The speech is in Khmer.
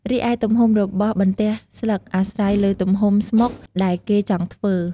រីឯ ទំហំរបស់បន្ទះស្លឹកអាស្រ័យលើទំហំស្មុកដែលគេចង់ធ្វើ។